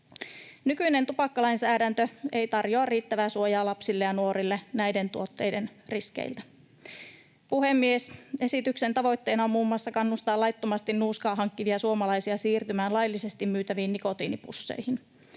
Nykyinen tupakkalainsäädäntö ei tarjoa riittävää suojaa lapsille ja nuorille näiden tuotteiden riskeiltä. Puhemies! Esityksen tavoitteena on muun muassa kannustaa laittomasti nuuskaa hankkivia suomalaisia siirtymään laillisesti myytäviin nikotiinipusseihin.